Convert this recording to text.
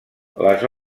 les